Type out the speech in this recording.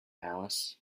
alice